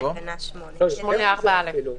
תקנה 8. יותר מזה אפילו.